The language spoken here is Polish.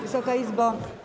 Wysoka Izbo!